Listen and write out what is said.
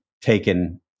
taken